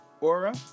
Aura